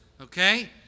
okay